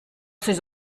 ces